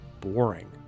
boring